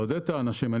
רוצים לעודד את האנשים.